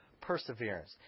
Perseverance